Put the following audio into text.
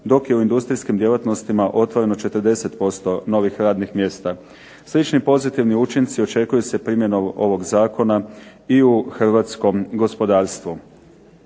dok je u industrijskim djelatnostima otvoreno 40% novih radnih mjesta. Slični pozitivni učinci očekuju se primjenom ovog zakona i u hrvatskom gospodarstvu.